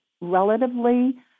relatively